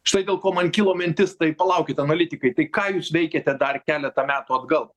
štai dėl ko man kilo mintis tai palaukit analitikai tai ką jūs veikėte dar keletą metų atgal